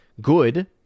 good